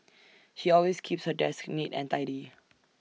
she always keeps her desk neat and tidy